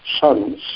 sons